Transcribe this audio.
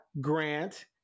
Grant